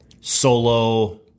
solo